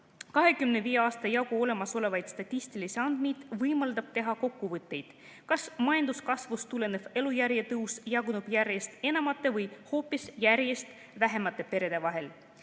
aasta jagu olemasolevaid statistilisi andmeid võimaldavad teha kokkuvõtteid, kas majanduskasvust tulenev elujärje tõus jaguneb järjest enamate või hoopis järjest vähemate perede vahel.